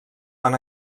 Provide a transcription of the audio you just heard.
van